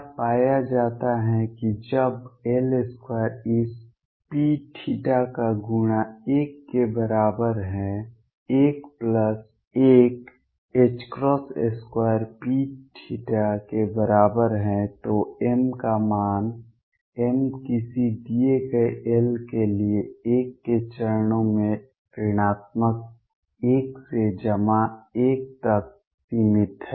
क्या पाया जाता है कि जब L2 इस Pθ का गुणा l के बराबर है l प्लस 1 2 Pθ के बराबर है तो m का मान m किसी दिए गए L के लिए एक के चरणों में ऋणात्मक l से जमा l तक सीमित है